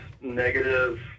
negative